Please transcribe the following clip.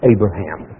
Abraham